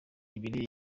ibiri